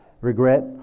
Regret